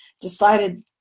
decided